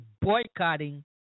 boycotting